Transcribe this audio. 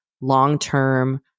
long-term